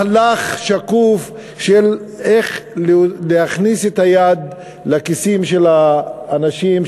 מהלך שקוף של איך להכניס את היד לכיסים של האנשים,